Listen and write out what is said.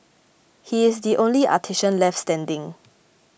he is the only artisan left standing